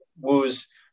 Wu's